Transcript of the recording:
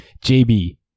JB